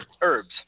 herbs